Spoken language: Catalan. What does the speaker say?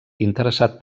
interessat